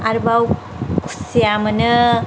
आरोबाव खुसिया मोनो